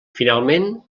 finalment